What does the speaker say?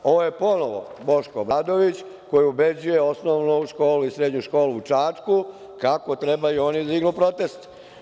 Ovo je ponovo Boško Obradović, koji ubeđuje osnovnu školu i srednju školu u Čačku kako trebaju oni da dignu protest.